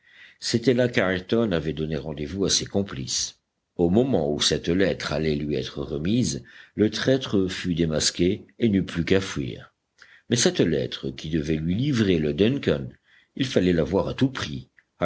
c'était là qu'ayrton avait donné rendez-vous à ses complices au moment où cette lettre allait lui être remise le traître fut démasqué et n'eut plus qu'à fuir mais cette lettre qui devait lui livrer le duncan il fallait l'avoir à tout prix